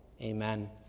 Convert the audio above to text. amen